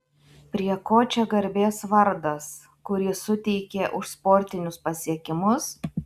prie ko čia garbės vardas kurį suteikė už sportinius pasiekimus